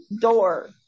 door